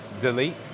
delete